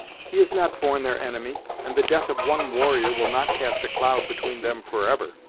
he is not born their enemy, and the death of one warrior will not cast a cloud between them forever.